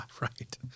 right